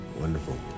wonderful